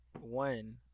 one